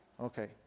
Okay